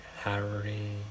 Harry